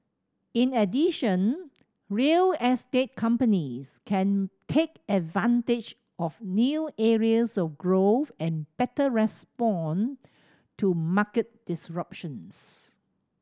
in addition real estate companies can take advantage of new areas of growth and better respond to market disruptions